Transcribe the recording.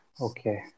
Okay